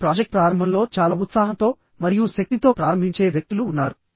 ఒక ప్రాజెక్ట్ ప్రారంభంలో చాలా ఉత్సాహంతో మరియు శక్తితో ప్రారంభించే వ్యక్తులు ఉన్నారు